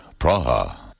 Praha